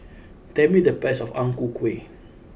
tell me the price of Ang Ku Kueh